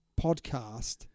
podcast